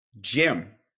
Jim